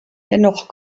dennoch